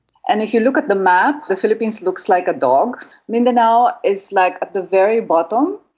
and if you look at the map, the philippines looks like a dog. mindanao is like at the very bottom,